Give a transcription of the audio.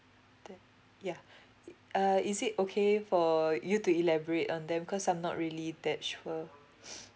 the yeah uh is it okay for you to elaborate on them cause I'm not really that sure